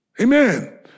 Amen